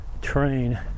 train